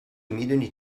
میدونی